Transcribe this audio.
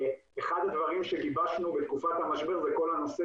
אחד הדברים שגיבשנו בתקופת המשבר זה כל הנושא